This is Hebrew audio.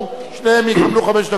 שניהם יקבלו חמש דקות כל אחד.